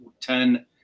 ten